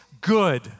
good